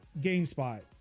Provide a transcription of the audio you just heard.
GameSpot